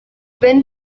been